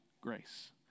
grace